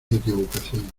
equivocación